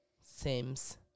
Sims